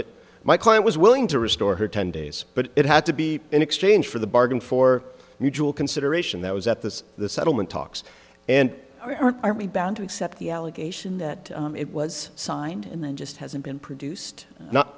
it my client was willing to restore her ten days but it had to be in exchange for the bargain for mutual consideration that was at this the settlement talks and or are we bound to accept the allegation that it was signed and then just hasn't been produced no